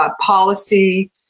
policy